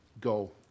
go